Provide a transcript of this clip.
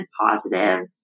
positive